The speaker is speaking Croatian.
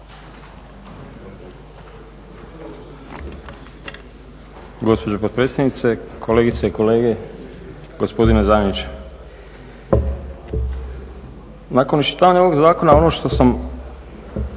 gospodine zamjeniče. Nakon iščitavanja ovog zakona ono što sam